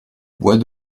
bois